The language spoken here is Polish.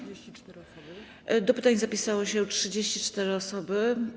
Do pytań zapisały się 34 osoby.